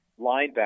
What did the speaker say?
linebacker